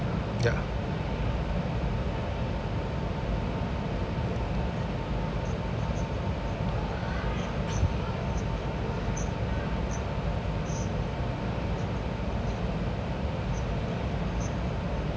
ya